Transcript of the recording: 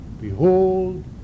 behold